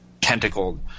tentacled